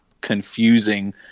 confusing